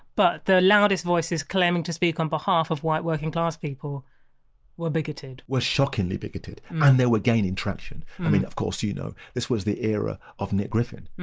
but the loudest voices claiming to speak on behalf of white working class people were bigoted were shockingly bigoted and they were gaining traction. i mean of course you know this was the era of nick griffin.